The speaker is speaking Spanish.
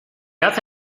hace